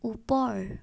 ওপৰ